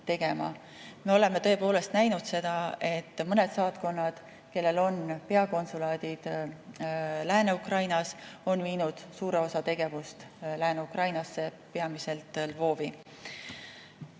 tegema. Me oleme tõepoolest näinud seda, et mõned saatkonnad, kellel on peakonsulaadid Lääne-Ukrainas, on viinud suure osa tegevust Lääne-Ukrainasse, peamiselt Lvivi.